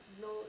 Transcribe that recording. No